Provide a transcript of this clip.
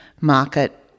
market